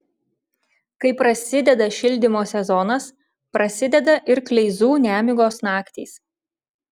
kai prasideda šildymo sezonas prasideda ir kleizų nemigos naktys